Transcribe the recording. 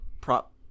prop